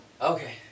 Okay